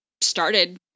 started